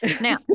Now